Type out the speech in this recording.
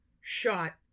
shot